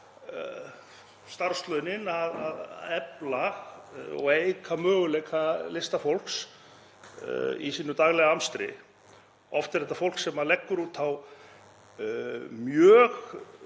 hlutverki að efla og auka möguleika listafólks í sínu daglega amstri. Oft er þetta fólk sem leggur út á mjög